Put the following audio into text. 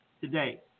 today